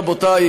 רבותי,